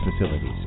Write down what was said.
facilities